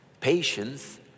patience